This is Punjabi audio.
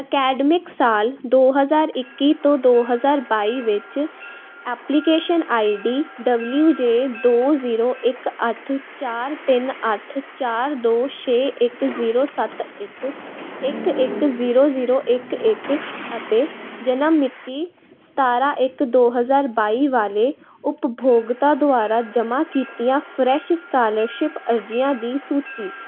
ਅਕਾਦਮਿਕ ਸਾਲ ਦੋ ਹਜ਼ਾਰ ਇੱਕੀ ਤੋਂ ਦੋ ਹਜ਼ਾਰ ਬਾਈ ਵਿੱਚ ਐਪਲੀਕੇਸ਼ਨ ਆਈਡੀ ਡਬਲਯੂ ਜੇ ਦੋ ਜ਼ੀਰੋ ਇੱਕ ਅੱਠ ਚਾਰ ਤਿੰਨ ਅੱਠ ਚਾਰ ਦੋ ਛੇ ਇੱਕ ਜ਼ੀਰੋ ਸੱਤ ਇੱਕ ਇੱਕ ਜ਼ੀਰੋ ਜ਼ੀਰੋ ਇੱਕ ਇੱਕ ਅਤੇ ਜਨਮ ਮਿਤੀ ਸਤਾਰਾਂ ਇੱਕ ਦੋ ਹਜ਼ਾਰ ਬਾਈ ਵਾਲੇ ਉਪਭੋਗਤਾ ਦੁਆਰਾ ਜਮ੍ਹਾਂ ਕੀਤੀਆਂ ਫਰੈਸ਼ ਸਕਾਲਰਸ਼ਿਪ ਅਰਜ਼ੀਆਂ ਦੀ ਸੂਚੀ